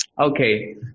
Okay